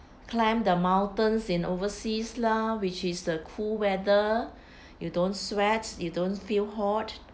climb the mountains in overseas lah which is the cool weather you don't sweat you don't feel hot